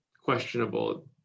questionable